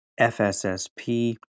FSSP